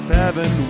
heaven